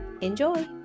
enjoy